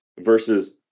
versus